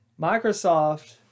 Microsoft